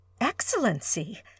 Excellency